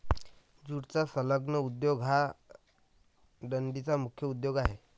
ज्यूटचा संलग्न उद्योग हा डंडीचा मुख्य उद्योग आहे